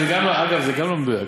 זה גם לא מדויק,